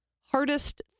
hardest